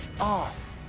off